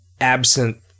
absent